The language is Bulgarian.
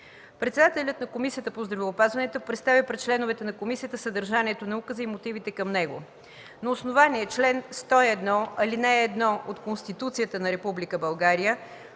Председателят на Комисията по здравеопазването представи пред членовете на комисията съдържанието на указа и мотивите към него. На основание чл. 101, ал. 1 от Конституцията на